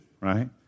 right